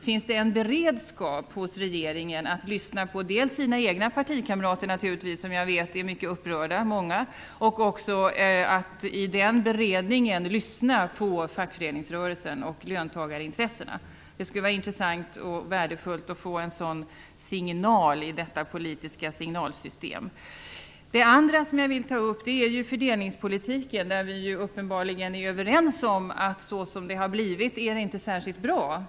Finns det en beredskap hos regeringen att i den beredningen lyssna på dels sina egna partikamrater naturligtvis - som jag vet är många av dem mycket upprörda - dels fackföreningsrörelsen och löntagarintressena. Det skulle vara intressant och värdefullt att få en sådan signal i detta politiska signalsystem. Det andra som jag vill ta upp är fördelningspolitiken. Vi är uppenbarligen överens om att så som det har blivit är det inte särskilt bra.